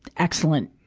excellent,